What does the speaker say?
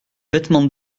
vêtements